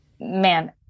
man